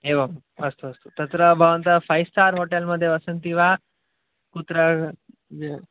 एवम् अस्तु अस्तु तत्र भवन्तः फ़ैव् स्टार् होटेल् मध्ये वसन्ति वा कुत्र